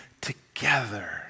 together